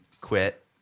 quit